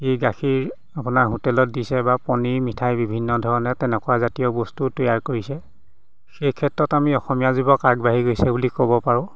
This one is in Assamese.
এই গাখীৰ আপোনাৰ হোটেলত দিছে বা পনিৰ মিঠাই বিভিন্ন ধৰণে তেনেকুৱা জাতীয় বস্তু তৈয়াৰ কৰিছে সেই ক্ষেত্ৰত আমি অসমীয়া যুৱক আগবাঢ়ি গৈছে বুলি ক'ব পাৰোঁ